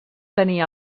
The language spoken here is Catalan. tenir